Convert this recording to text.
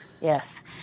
Yes